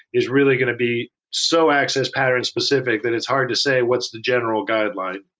it's really going to be so access patterns specific that it's hard to say what's the general guideline.